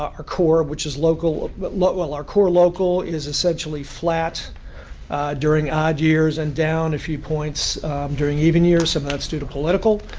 our core, which is local but well, our core local is essentially flat during odd years and down a few points during even years and that's due to political.